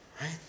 right